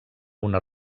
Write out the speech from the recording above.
una